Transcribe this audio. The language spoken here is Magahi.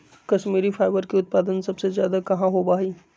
कश्मीरी फाइबर के उत्पादन सबसे ज्यादा कहाँ होबा हई?